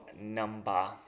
number